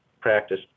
practice